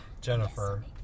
Jennifer